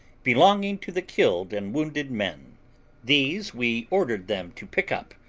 belonging to the killed and wounded men these we ordered them to pick up,